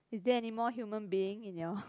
is there any more human being in your